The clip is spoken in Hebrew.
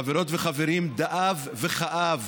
חברות וחברים, דאב וכאב